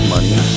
Money